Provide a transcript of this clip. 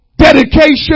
dedication